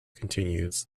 continues